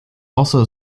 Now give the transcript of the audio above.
also